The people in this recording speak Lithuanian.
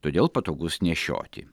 todėl patogus nešioti